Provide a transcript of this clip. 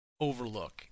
overlook